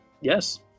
Yes